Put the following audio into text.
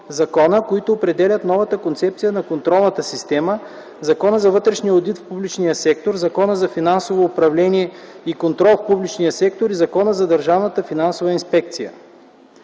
закона, които определят новата концепция на контролната система: Закона за вътрешния одит в публичния сектор, Закона за финансово управление и контрол в публичния сектор и Закона за държавната финансова инспекция.